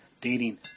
dating